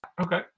Okay